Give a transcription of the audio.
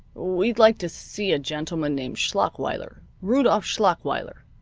we'd like to see a gentleman named schlachweiler rudolph schlachweiler,